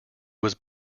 was